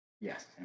Yes